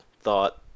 thought